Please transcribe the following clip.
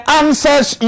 answers